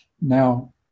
Now